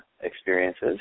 experiences